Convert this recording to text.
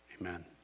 amen